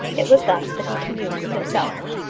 it was thus that he communed with himself.